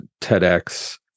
tedx